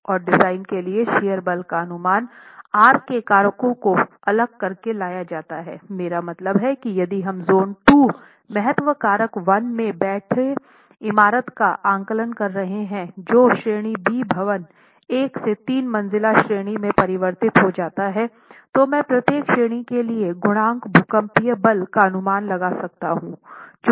और डिजाइन के लिए शियर बल का अनुमान R के कारकों को अलग करके लगाया जाता है मेरा मतलब है की यदि हम जोन 2 महत्व कारक 1 में बैठे इमारत का आकलन कर रहे हैं जो श्रेणी बी भवन 1 से 3 मंजिला श्रेणी में परिवर्तित हो जाता है तो मैं प्रत्येक श्रेणी के लिए गुणांक भूकंपीय बल का अनुमान लगा सकता हूं